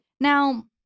Now